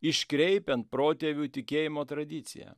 iškreipiant protėvių tikėjimo tradiciją